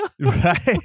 Right